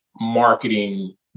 marketing